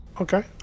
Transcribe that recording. okay